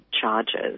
charges